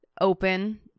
open